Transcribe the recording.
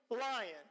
lion